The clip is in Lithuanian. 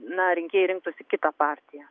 na rinkėjai rinktųsi kitą partiją